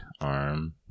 arm